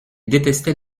détestait